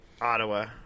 ottawa